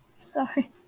Sorry